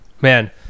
Man